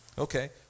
Okay